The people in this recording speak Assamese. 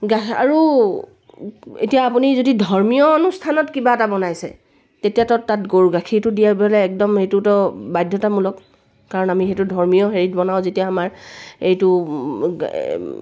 গাহ আৰু এতিয়া আপুনি যদি ধৰ্মীয় অনুষ্ঠানত কিবা এটা বনাইছে তেতিয়াতো তাত গৰু গাখীৰটো দিয়াৰ বাদে একদম সেইটোতো বাধ্যতামূলক কাৰণ আমি সেইটো ধৰ্মীয় হেৰিত বনাওঁ যেতিয়া আমাৰ এইটো